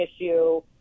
issue